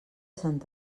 sant